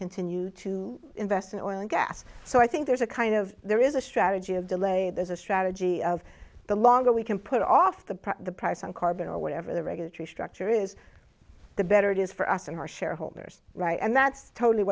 continue to invest in oil and gas so i think there's a kind of there is a strategy of delay there's a strategy of the longer we can put off the the price on carbon or whatever the regulatory structure is the better it is for us and our shareholders right and that's totally